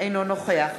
אינו נוכח